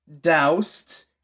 doused